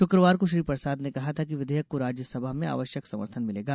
शुक्रवार को श्री प्रसाद ने कहा था कि विधेयक को राज्यसभा में आवश्यक समर्थन मिलेगा